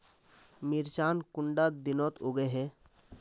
मिर्चान कुंडा दिनोत उगैहे?